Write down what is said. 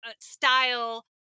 style